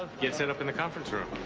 ah get set up in the conference room.